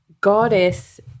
Goddess